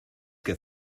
que